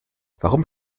warum